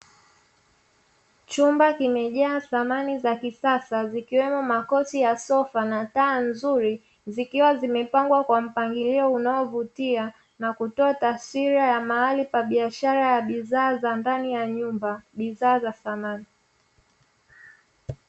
Chumba kimejaa samani za kisasa zikiwemo makochi ya sofa na taa nzuri, zikiwa zimepangwa kwa mpangilio unaovutia na kutoa taswira ya mahali pa biashara ya bidhaa za ndani ya nyumba; bidhaa za samani.